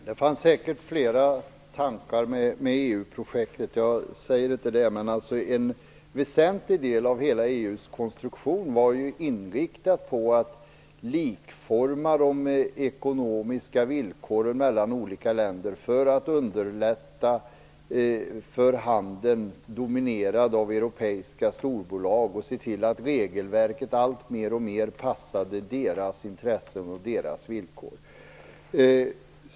Herr talman! Det fanns säkert flera tankar med EU-projektet, något annat vill jag inte säga. Men en väsentlig del av EU:s konstruktion var inriktad på att likforma de ekonomiska villkoren mellan olika länder för att underlätta för en handel dominerad av europeiska storbolag och se till att regelverket alltmer passade deras intressen och villkor.